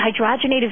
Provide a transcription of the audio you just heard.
hydrogenated